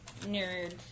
Nerds